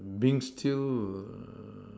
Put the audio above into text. being still err